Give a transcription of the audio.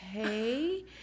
okay